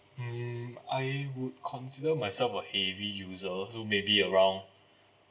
mm I would consider myself a heavy user so maybe around